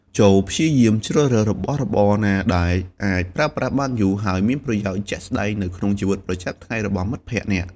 ចូរព្យាយាមជ្រើសរើសរបស់របរណាដែលអាច ប្រើប្រាស់បានយូរ ហើយមានប្រយោជន៍ជាក់ស្តែងនៅក្នុងជីវិតប្រចាំថ្ងៃរបស់មិត្តភក្តិអ្នក។